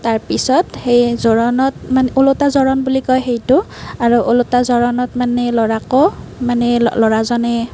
তাৰ পিছত সেই জোৰোণত মানে ওলোটা জোৰোণ বুলি কয় সেইটো আৰু ওলোটা জোৰোণত মানে ল'ৰাকো মানে ল'ৰাজনে